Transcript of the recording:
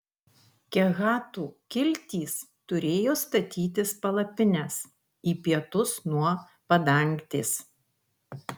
kehatų kiltys turėjo statytis palapines į pietus nuo padangtės